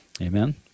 Amen